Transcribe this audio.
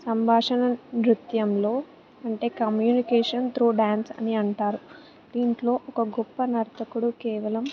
సంభాషణ నృత్యంలో అంటే కమ్యూనికేషన్ త్రూ డ్యాన్స్ అని అంటారు దీంట్లో ఒక గొప్ప నర్తకుడు కేవలం